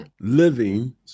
living